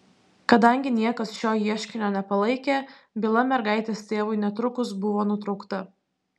kadangi niekas šio ieškinio nepalaikė byla mergaitės tėvui netrukus buvo nutraukta